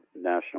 National